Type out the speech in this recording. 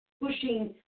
pushing